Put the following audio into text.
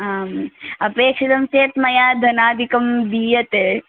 आम् अपेक्षितं चेत् मया धनादिकं दीयते